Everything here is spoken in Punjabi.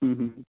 ਹਮ ਹਮ